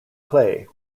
clay